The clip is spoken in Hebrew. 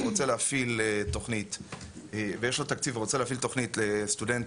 שיש לו תקציב ורוצה להפעיל תוכנית לסטודנטים